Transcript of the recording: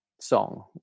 song